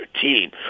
team